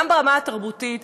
גם ברמה התרבותית,